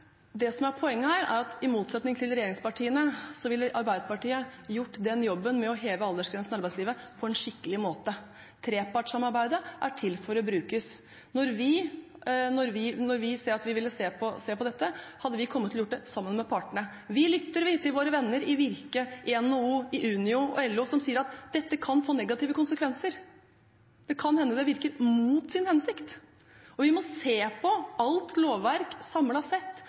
Det som er poenget her, er at i motsetning til regjeringspartiene, ville Arbeiderpartiet gjort den jobben med å heve aldersgrensen i arbeidslivet på en skikkelig måte. Trepartssamarbeidet er til for å brukes. Vi hadde kommet til gjøre det sammen med partene. Vi lytter til våre venner i Virke, i NHO, i Unio og i LO som sier at dette kan få negative konsekvenser. Det kan hende det virker mot sin hensikt. Og vi må se på alt lovverk